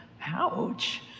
Ouch